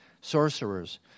Sorcerers